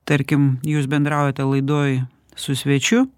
tarkim jūs bendraujate laidoj su svečiu